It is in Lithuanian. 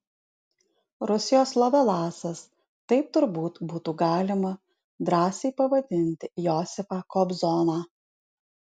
rusijos lovelasas taip turbūt būtų galima drąsiai pavadinti josifą kobzoną